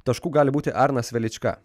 taškų gali būti arnas velička